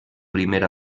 primer